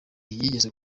yigeze